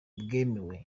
bwemewe